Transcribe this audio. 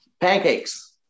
Pancakes